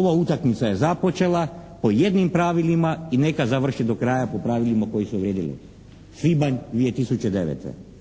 ova utakmica je započela po jednim pravilima i neka završi do kraja po pravilima koja su vrijedila, svibanj 2009.